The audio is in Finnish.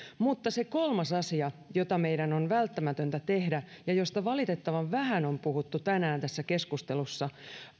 mutta se kolmas asia jota meidän on välttämätöntä tehdä ja josta valitettavan vähän on puhuttu tänään tässä keskustelussa